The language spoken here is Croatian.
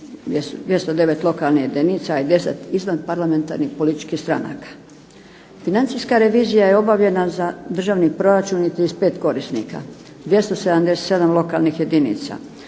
209 lokalnih jedinica i 200 izvanparlamentarnih političkih stranaka. Financijska revizija je obavljena za državni proračun i 35 korisnika, 277 lokalnih jedinica,